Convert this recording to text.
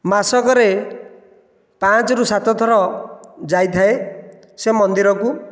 ମାସକରେ ପାଞ୍ଚରୁ ସାତଥର ଯାଇଥାଏ ସେ ମନ୍ଦିରକୁ